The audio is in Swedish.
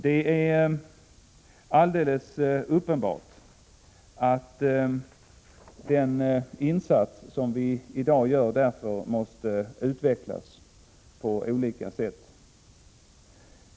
Det är därför alldeles uppenbart att den insats som vi i dag gör måste utvecklas på olika sätt.